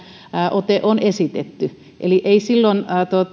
ote on esitetty eli ei silloin